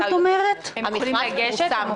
המכרז פורסם.